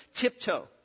tiptoe